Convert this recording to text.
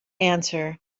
answer